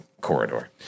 corridor